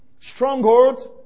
strongholds